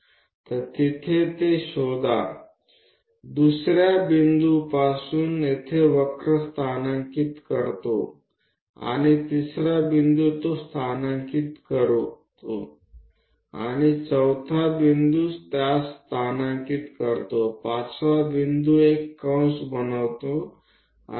તો એક ત્યાં સ્થિત થયું છે 2 બિંદુ અહીંયા છે અને ત્રીજું બિંદુ ત્યાં સ્થિત થયું છે અને ચોથું બિંદુ તે છે પાંચમું બિંદુ ચાપ બનાવે છે હવે છઠ્ઠું આ છે